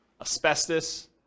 asbestos